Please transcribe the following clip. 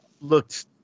looked